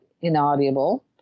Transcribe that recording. inaudible